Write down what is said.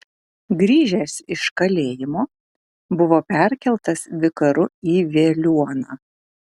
grįžęs iš kalėjimo buvo perkeltas vikaru į veliuoną